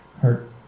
hurt